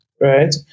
right